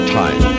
time